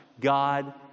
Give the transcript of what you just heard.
God